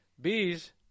Bees